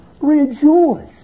Rejoice